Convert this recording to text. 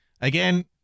Again